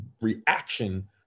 reaction